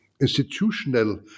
institutional